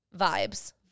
vibes